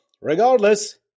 regardless